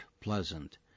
pleasant